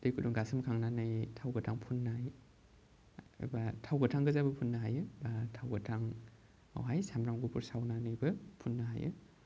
दै गुदुं गासोमखांनानै थाव गोथां फुननाय एबा थाव गोथां गोजाबो फुननो हायो बा थाव गोथांआवहाय सामब्राम गुफुर सारनानैबो फुननो हायो